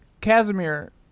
Casimir